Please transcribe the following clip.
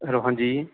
ਰੋਹਨ ਜੀ